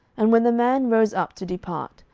and when the man rose up to depart,